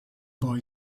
boy